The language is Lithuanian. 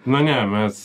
na ne mes